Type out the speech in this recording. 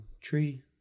tree